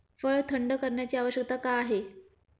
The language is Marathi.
फळ थंड करण्याची आवश्यकता का आहे?